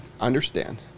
Understand